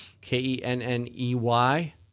K-E-N-N-E-Y